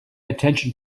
attention